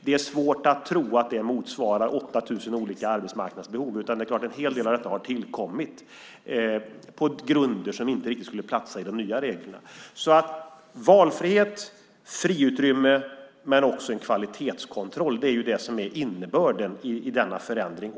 Det är svårt att tro att det motsvarar 8 000 olika arbetsmarknadsbehov, utan det är klart att en hel del av detta har tillkommit på grunder som inte riktigt skulle platsa i de nya reglerna. Valfrihet och friutrymme men också en kvalitetskontroll är alltså det som är innebörden i denna förändring.